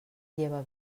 lleva